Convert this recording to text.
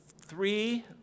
three